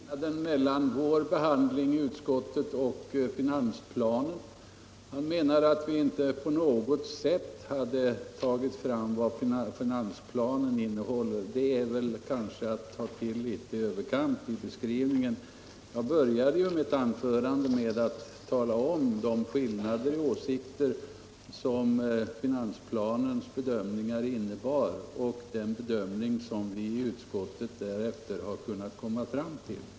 Herr talman! Herr Ekström tog upp skillnaden mellan vår behandling i utskottet och finansplanen. Han menade att vi i utskottet inte på något sätt berört vad finansplanen innehåller. Det är kanske att ta till litet i överkant. Jag började mitt anförande med att tala om skillnaderna mellan finansplanens bedömningar och den bedömning som vi i utskottet därefter har kunnat komma fram till.